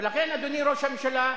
ולכן, אדוני ראש הממשלה,